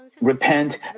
repent